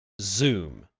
Zoom